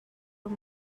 اون